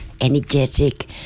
energetic